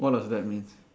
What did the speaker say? what does that mean